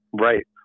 right